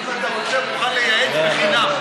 אם אתה רוצה, הוא מוכן לייעץ בחינם.